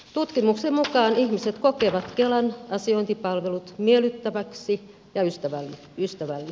tutkimuksen mukaan ihmiset kokevat kelan asiointipalvelut miellyttäviksi ja ystävällisiksi